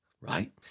right